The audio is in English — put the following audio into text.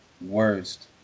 worst